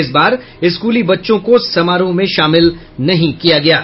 इस बार स्कूली बच्चों को समारोह में शामिल नहीं किया गया है